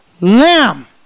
Lamb